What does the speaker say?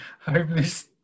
homeless